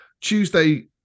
Tuesday